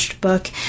Book